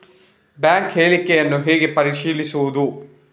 Bank ಹೇಳಿಕೆಯನ್ನು ಹೇಗೆ ಪರಿಶೀಲಿಸುವುದು?